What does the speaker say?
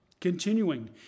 Continuing